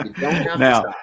Now